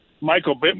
Michael